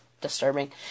disturbing